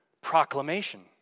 proclamation